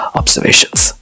observations